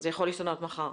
זה יכול להשתנות מחר.